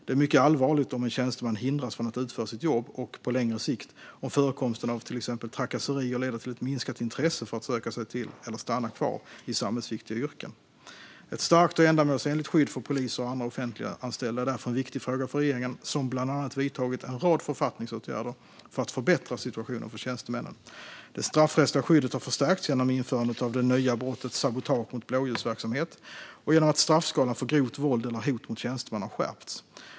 Det är mycket allvarligt om en tjänsteman hindras från att utföra sitt jobb och, på längre sikt, om förekomsten av till exempel trakasserier leder till ett minskat intresse för att söka sig till eller stanna kvar i samhällsviktiga yrken. Ett starkt och ändamålsenligt skydd för poliser och andra offentliganställda är därför en viktig fråga för regeringen, som bland annat har vidtagit en rad författningsåtgärder för att förbättra situationen för tjänstemännen. Det straffrättsliga skyddet har förstärkts genom införandet av det nya brottet sabotage mot blåljusverksamhet och genom att straffskalan för grovt våld eller hot mot tjänsteman har skärpts.